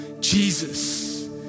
Jesus